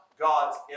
God's